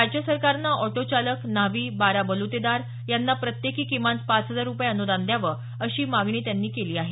राज्य सरकारने ऑटो चालक नाव्ही बारा बलुतेदार यांना प्रत्येकी किमान पाच हजार रुपये अनुदान द्यावं अशी मागणी त्यांनी केली आहे